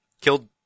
Killed